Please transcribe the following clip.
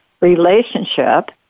relationship